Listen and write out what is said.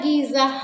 Giza